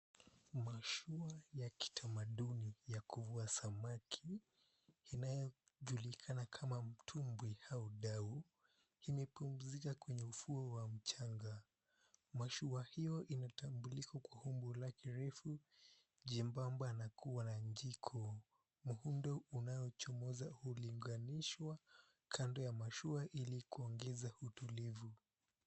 Mashua ya kitamaduni ya kuvua samaki, inayojulikana kama mtumbwi au dau imepumzika kwenye ufuo wa mchanga. Mashua hio inatambulika kwa umbo lake refu, jembamba na kuwa na njiko. Muundo unaochomoza hulinganishwa kando ya mashua ili kuongeza utulivu.